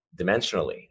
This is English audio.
dimensionally